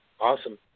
Awesome